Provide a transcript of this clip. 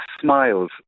smiles